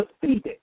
defeated